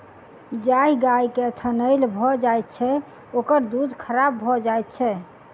जाहि गाय के थनैल भ जाइत छै, ओकर दूध खराब भ जाइत छै